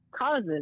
causes